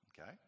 okay